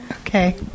Okay